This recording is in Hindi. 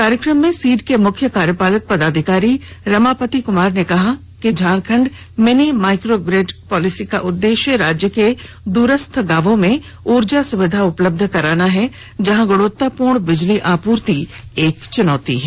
कार्यक्रम में सीड के मुख्य कार्यपालक पदाधिकारी रमापति कुमार ने कहा कि Jharkhand mini micro grid policy का उद्देश्य राज्य के द्रस्थ गांवों में ऊर्जा सुविधा उपलब्ध कराना है जहां गुणवत्तापूर्ण बिजली आपूर्ति एक चुनौती है